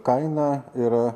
kaina yra